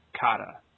kata